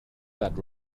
that